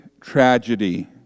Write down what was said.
tragedy